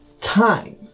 time